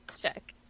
check